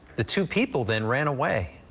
the two people then ran away.